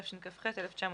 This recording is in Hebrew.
השתכ"ח-1968".